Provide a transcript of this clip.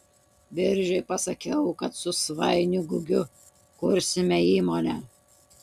biržiui pasakiau kad su svainiu gugiu kursime įmonę